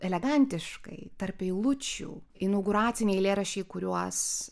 elegantiškai tarp eilučių inauguraciniai eilėraščiai kuriuos